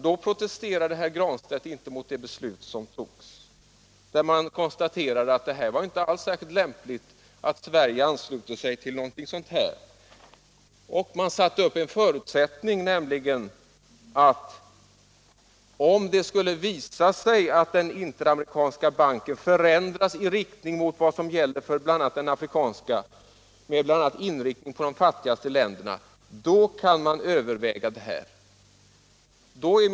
Då protesterade inte herr Granstedt mot det beslut som togs och där man konstaterade att det inte alls var särskilt lämpligt att Sverige anslöt sig till IDB. Man satte upp en förutsättning och sade att om det skulle visa sig att den interamerikanska banken förändras i riktning mot vad som gäller för bl.a. den afrikanska — med bl.a. inriktning på de fattigaste länderna — kunde man överväga en samverkan med banken.